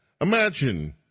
Imagine